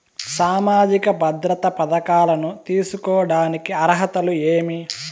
సామాజిక భద్రత పథకాలను తీసుకోడానికి అర్హతలు ఏమి?